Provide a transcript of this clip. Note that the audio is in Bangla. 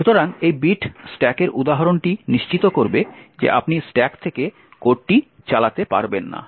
সুতরাং এই বিট স্ট্যাকের উদাহরণটি নিশ্চিত করবে যে আপনি স্ট্যাক থেকে কোডটি চালাতে পারবেন না